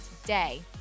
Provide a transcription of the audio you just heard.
today